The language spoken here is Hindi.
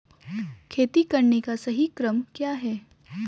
खेती करने का सही क्रम क्या है?